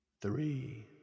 three